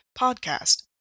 Podcast